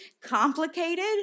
complicated